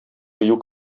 кыю